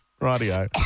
radio